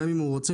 גם אם הוא רוצה,